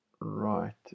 right